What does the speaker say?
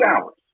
hours